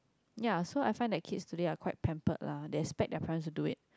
ya so I find that kids today are quite pampered lah they expect their parents to do it